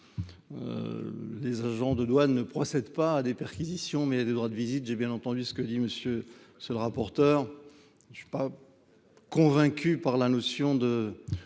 Les agents de douane ne procède pas à des perquisitions, mais des droits de visite. J'ai bien entendu ce que dit monsieur ce le rapporteur. Je suis pas. Convaincu par la notion de.